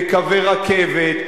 בקווי רכבת,